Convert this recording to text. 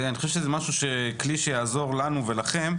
אני חושב שזה כלי שיעזור לנו ולכם,